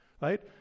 right